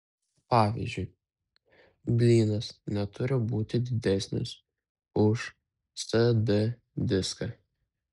pavyzdžiui blynas neturi būti didesnis už cd diską